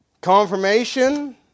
Confirmation